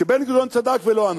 שבן-גוריון צדק, ולא אנחנו.